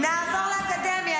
נעבור לאקדמיה.